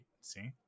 See